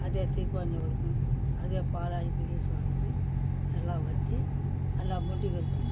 அதே தீப்பாஞ்சி அவளுக்கும் அதே பாலாயி பெரிய சுவாமிக்கும் எல்லாம் வச்சு எல்லாம் முண்டிக்கருப்பு